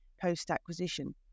post-acquisition